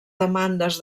demandes